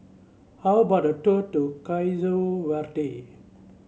how about a tour to Verde